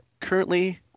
currently